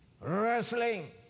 wrestling